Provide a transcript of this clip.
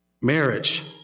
Marriage